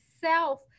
self